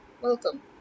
welcome